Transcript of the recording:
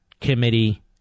committee